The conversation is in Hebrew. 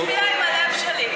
אני אצביע עם הלב שלי.